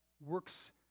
Works